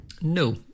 No